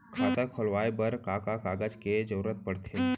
खाता खोलवाये बर का का कागज के जरूरत पड़थे?